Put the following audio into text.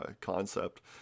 concept